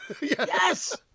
Yes